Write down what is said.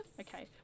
Okay